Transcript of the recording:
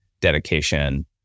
dedication